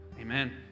Amen